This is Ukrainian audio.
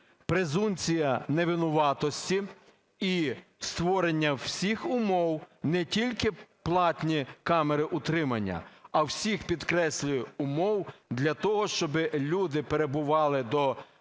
презумпція невинуватості і створення всіх умов, не тільки платні камери утримання, а всіх, підкреслюю, умов для того, щоб люди перебували до рішення